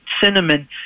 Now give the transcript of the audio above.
cinnamon